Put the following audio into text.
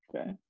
Okay